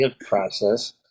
process